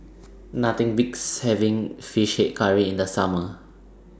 Nothing Beats having Fish Head Curry in The Summer